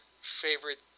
favorite